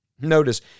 Notice